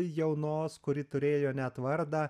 jaunos kuri turėjo net vardą